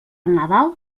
nadal